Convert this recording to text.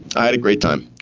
i had a great time.